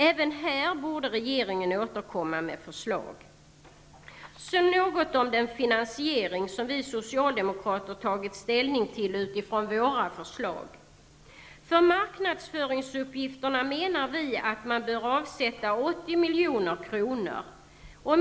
Även här borde regeringen återkomma med förslag. Så något om den finansiering som vi socialdemokrater tagit ställning till utifrån våra förslag. För marknadsföringsuppgifterna menar vi att man bör avsätta 80 milj.kr.